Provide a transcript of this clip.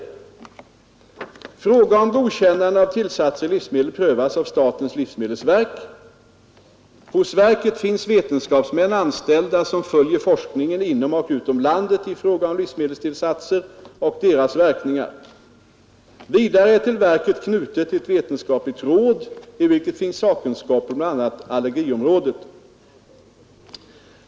Fråga om godkännande av tillsatser i livsmedel prövas av statens livsmedelsverk. Hos verket finns vetenskapsmän anställda som följer forskningen inom och utom landet i frågor om livsmedelstillsatser och deras verkningar. Vidare är till verket knutet ett vetenskapligt råd, i vilket finns sakkunskap på bl.a. allergiområdet.